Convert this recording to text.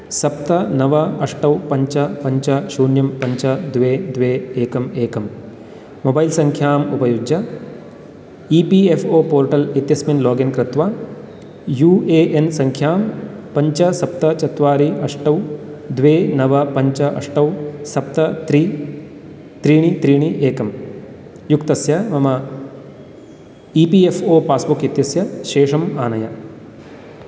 सप्त नव अष्टौ पञ्च पञ्च शून्यं पञ्च द्वे द्वे एकम् एकं मोबैल् सङ्ख्याम् उपयुज्य E P F O portal इत्यस्मिन् लोगिन् कृत्वा यु ए एन् सङ्ख्यां पञ्च सप्त चत्वारि अष्टौ द्वे नव पञ्च अष्टौ सप्त त्रि त्रीणि त्रीणि एकं युक्तस्य मम E P F O passbook इत्यस्य शेषम् आनय